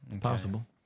possible